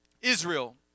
Israel